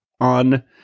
on